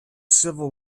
civil